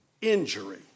injury